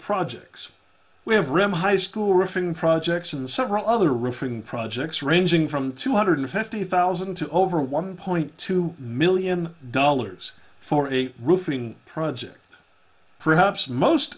projects we have rem high school riffing projects and several other roofing projects ranging from two hundred fifty thousand to over one point two million dollars for a roofing project perhaps most